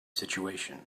situation